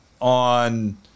on